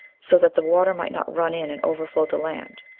so that the water might not run in and overflow the land.